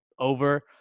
over